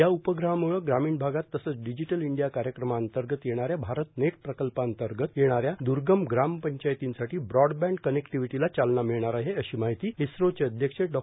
या उपग्रहामुळे ग्रामीण भागात तसंच डिजिटल इंडिया कार्यक्रमाअंतर्गत येणाऱ्या भारत नेट प्रकल्पाअंतर्गत येणाऱ्या दुर्गम ग्रामपंचायतींसाठी ब्रॉडबॅण्ड कनेक्टिविटीला चालना मिळणार आहे अशी माहिती इस्रोचे अध्यक्ष डॉ